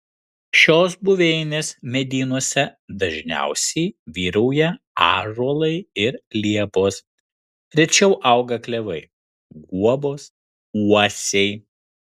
šios buveinės medynuose dažniausiai vyrauja ąžuolai ir liepos rečiau auga klevai guobos uosiai